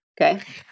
Okay